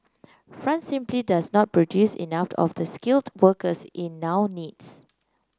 France simply does not produce enough of the skilled workers it now needs